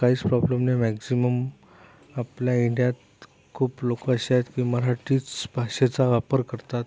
काहीच प्रॉब्लेम नाही मॅक्झिमम आपल्या इंडियात खूप लोक अशी आहेत की मराठीच भाषेचा वापर करतात